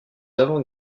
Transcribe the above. avant